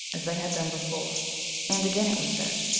as they had done before and again it was said,